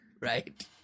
Right